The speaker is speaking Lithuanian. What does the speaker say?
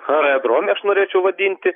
aerodrome aš norėčiau vadinti